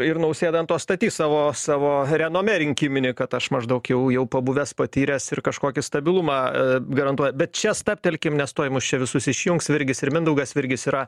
ir nausėda ant to statys savo savo renomė rinkiminį kad aš maždaug jau jau pabuvęs patyręs ir kažkokį stabilumą garantuoju bet čia stabtelkim nes tuoj mus čia visus išjungs virgis ir mindaugas virgis yra